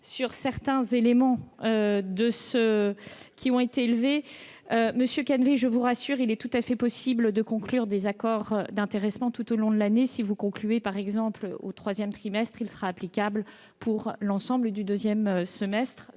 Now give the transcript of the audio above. sur certains éléments. Monsieur Canevet, je vous rassure, il est tout à fait possible de conclure des accords d'intéressement tout au long de l'année : si vous concluez un, par exemple, au troisième trimestre, celui-ci sera applicable pour l'ensemble du deuxième semestre.